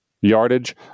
yardage